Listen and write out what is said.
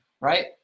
right